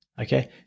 okay